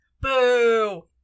Boo